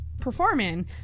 performing